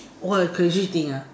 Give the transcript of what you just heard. all your crazy thing ah